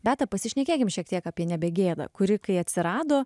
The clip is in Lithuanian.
bet pasišnekėkime šiek tiek apie nebegėda kuri kai atsirado